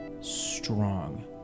Strong